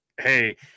Hey